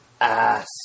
ass